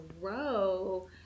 grow